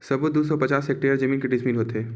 सबो दू सौ पचास हेक्टेयर जमीन के डिसमिल होथे?